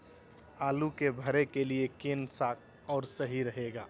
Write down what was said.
आलू के भरे के लिए केन सा और सही रहेगा?